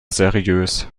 seriös